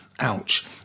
Ouch